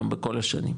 גם בכל השנים,